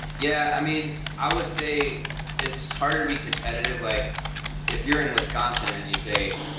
yeah, i mean i would say it's hard to be competitive, like if you're in wisconsin and you say,